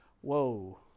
whoa